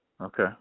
Okay